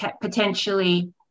potentially